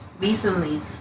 recently